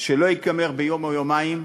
שלא ייגמר ביום או יומיים,